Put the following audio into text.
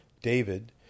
David